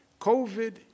COVID